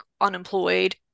unemployed